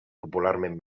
popularment